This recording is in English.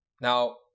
Now